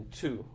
two